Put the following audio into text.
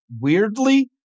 weirdly